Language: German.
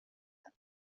sind